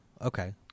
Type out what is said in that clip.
okay